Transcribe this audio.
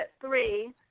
three